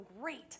great